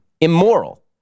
immoral